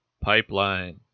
PIPELINE